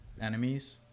enemies